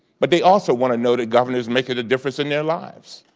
but they also want to know that government is making a difference in their lives.